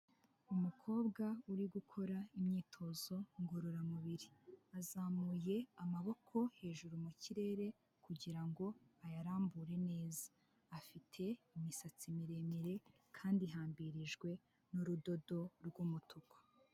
Umukobwa uri gukora imyitozo ngororamubiri. Azamuye amaboko hejuru mu kirere, kugira ngo ayarambure neza. Afite imisatsi miremire, kandi ihambirijwe n'urudodo rw'umutuku.